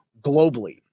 globally